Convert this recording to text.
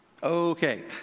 okay